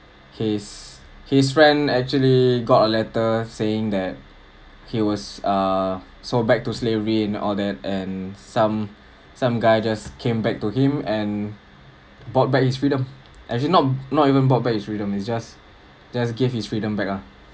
his his friend actually got a letter saying that he was err sold back to slavery and all that and some some guy just came back to him and bought back his freedom as in not not even bought back its freedom it's just just give him his freedom back ah